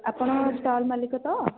ଆପଣ ଷ୍ଟଲ୍ ମାଲିକ ତ